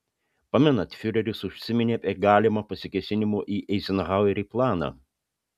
pamenat fiureris užsiminė apie galimą pasikėsinimo į eizenhauerį planą